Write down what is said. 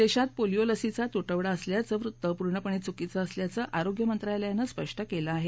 देशात पोलिओ लसीचा तुटवडा असल्याचं वृत्त पूर्णपणे चुकीचं असल्याचं आरोग्य मंत्रालयानं स्पष्ट केलं आहे